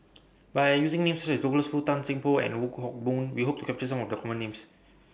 By using Names such as Douglas Foo Tan Seng Poh and The Wong Hock Boon We Hope to capture Some of The Common Names